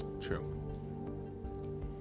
True